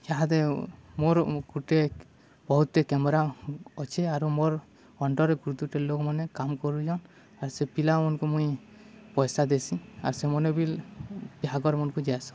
ଇହାଦେ ମୋର ଗୁଟେ ବହୁତି କ୍ୟାମେରା ଅଛେ ଆରୁ ମୋର୍ ଅଣ୍ଡରରେ ଗୁରୁତୁଟେ ଲୋକମାନେ କାମ କରୁଛନ୍ ଆର୍ ସେ ପିଲାମାନକୁ ମୁଇଁ ପଇସା ଦେସି ଆର୍ ସେମାନେ ବି ବିହାଘର ମନକୁ ଯିଏସନ୍